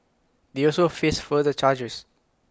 they also face further charges